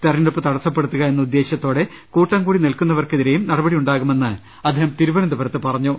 തെരഞ്ഞെടുപ്പ് തടസ്സപ്പെടുത്തുക എന്ന ഉദ്ദേശ്യത്തോടെ കൂട്ടംകൂടി നിൽക്കുന്നവർക്കെതിരെയും നടപടി ഉണ്ടാകുമെന്ന് അദ്ദേഹം തിരുവനന്തപുരത്ത് പറഞ്ഞു